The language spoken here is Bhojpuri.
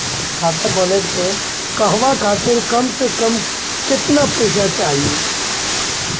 खाता खोले के कहवा खातिर कम से कम केतना पइसा चाहीं?